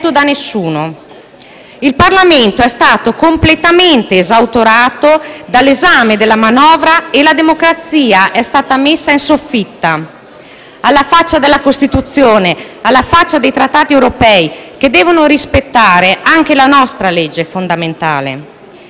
Il Parlamento è stato completamente esautorato dell'esame della manovra e la democrazia è stata messa in soffitta, alla faccia della Costituzione e dei Trattati europei, che devono rispettare anche la nostra legge fondamentale.